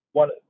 one